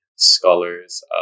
scholars